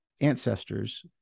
ancestors